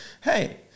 hey